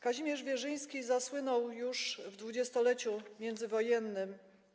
Kazimierz Wierzyński zasłynął już w dwudziestoleciu międzywojennym.